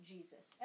Jesus